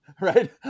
right